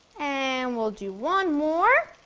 and we'll do one more.